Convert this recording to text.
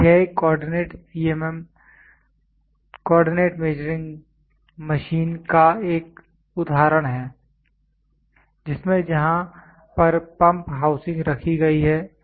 यह एक coordinate CMM coordinate measuring machine का एक उदाहरण है जिसमें जहां पर पंप हाउसिंग रखी गई है